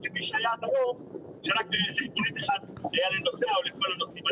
לא כפי שהיה עד כה שרק חשבונית אחת היה לנוסע או לכל הנוסעים.